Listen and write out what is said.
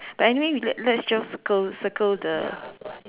but anyway we let let's just circle circle the